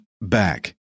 back